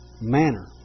manner